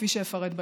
כפי שאפרט בהמשך.